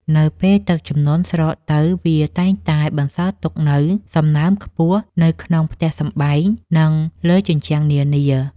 នៅពេលទឹកជំនន់ស្រកទៅវាតែងតែបន្សល់ទុកនូវសំណើមខ្ពស់នៅក្នុងផ្ទះសម្បែង និងលើជញ្ជាំងនានា។